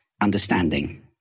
understanding